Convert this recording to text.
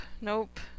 nope